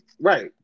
Right